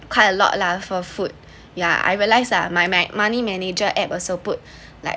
quite a lot lah for food yeah I realized ah my money manager app also put like